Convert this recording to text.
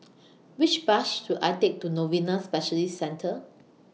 Which Bus should I Take to Novena Specialist Centre